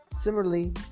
similarly